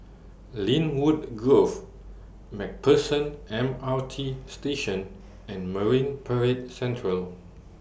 Lynwood Grove MacPherson M R T Station and Marine Parade Central